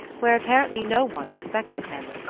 where apparently no one expected him.